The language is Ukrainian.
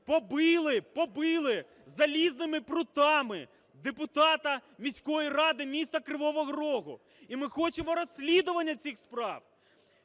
побили, побили залізними прутами депутата міської ради міста Кривого Рогу. І ми хочемо розслідування цих справ.